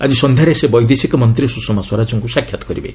ଆଜି ସନ୍ଧ୍ୟାରେ ସେ ବୈଦେଶିକମନ୍ତ୍ରୀ ସୁଷମା ସ୍ୱରାଜଙ୍କୁ ସାକ୍ଷାତ କରିବେ